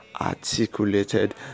articulated